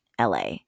LA